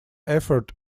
effort